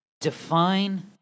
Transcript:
define